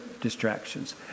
distractions